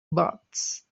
baths